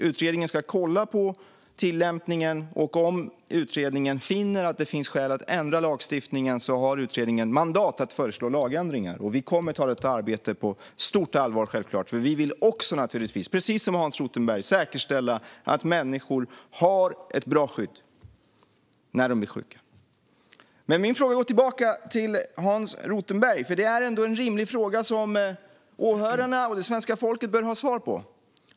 Utredningen ska kolla på tillämpningen, och om utredningen finner att det finns skäl att ändra lagstiftningen har utredningen mandat att föreslå lagändringar. Vi kommer självklart att ta detta arbete på stort allvar, för vi vill naturligtvis, precis som Hans Rothenberg, säkerställa att människor har ett bra skydd när de blir sjuka. Men min fråga går tillbaka till Hans Rothenberg. Det är en rimlig fråga, som åhörarna och det svenska folket bör ha svar på.